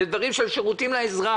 אלה דברים של שירותים לאזרח.